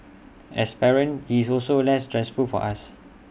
as parents IT is also less stressful for us